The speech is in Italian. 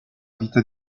vita